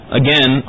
again